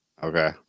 Okay